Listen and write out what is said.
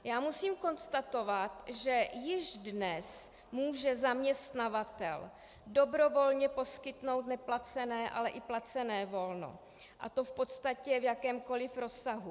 Já musím konstatovat, že již dnes může zaměstnavatel dobrovolně poskytnout neplacené, ale i placené volno, a to v podstatě v jakémkoli rozsahu.